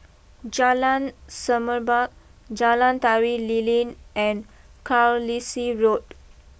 Jalan Semerbak Jalan Tari Lilin and Carlisle Road